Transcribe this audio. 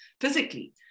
physically